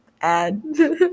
Add